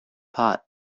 pot